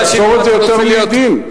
מסורת זה יותר מדין.